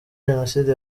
jenoside